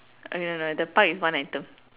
okay no no the pug is one item